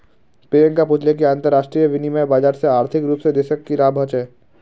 प्रियंका पूछले कि अंतरराष्ट्रीय विनिमय बाजार से आर्थिक रूप से देशक की लाभ ह छे